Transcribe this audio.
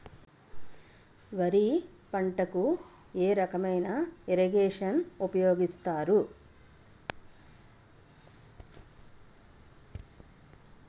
వరి పంటకు ఏ రకమైన ఇరగేషన్ ఉపయోగిస్తారు?